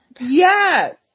Yes